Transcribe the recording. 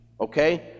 Okay